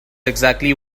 exactly